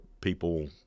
people